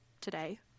today